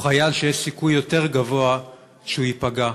הוא חייל שיש סיכוי יותר גבוה שהוא ייפגע.